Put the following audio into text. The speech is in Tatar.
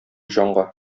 җанга